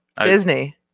Disney